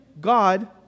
God